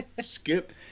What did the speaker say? skip